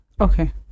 Okay